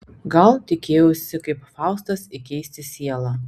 gal tikėjausi kaip faustas įkeisti sielą